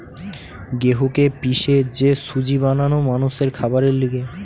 গেহুকে পিষে যে সুজি বানানো মানুষের খাবারের লিগে